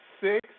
six